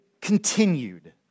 Continued